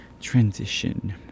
transition